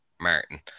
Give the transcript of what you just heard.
Martin